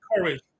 courage